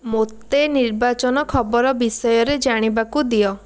ମୋତେ ନିର୍ବାଚନ ଖବର ବିଷୟରେ ଜାଣିବାକୁ ଦିଅ